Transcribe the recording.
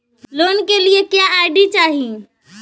Loan के लिए क्या आई.डी चाही?